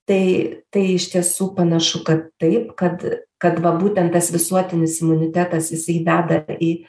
tai tai iš tiesų panašu kad taip kad kad va būtent tas visuotinis imunitetas jisai veda į